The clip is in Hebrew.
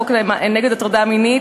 החוק נגד הטרדה מינית,